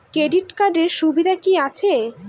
Credit কার্ডের সুবিধা কি আছে?